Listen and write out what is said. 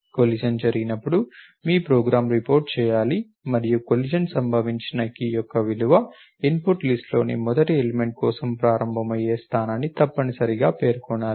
collision జరిగినప్పుడు మీ program report చేయాలి మరియు కొలిషన్ సంభవించిన కీ విలువ యొక్క ఇన్పుట్ లిస్ట్ లోని మొదటి ఎలిమెంట్ కోసం ప్రారంభమయ్యే స్థానాన్ని తప్పనిసరిగా పేర్కొనాలి